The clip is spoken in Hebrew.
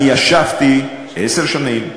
אני ישבתי עשר שנים,